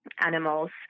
animals